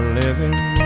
living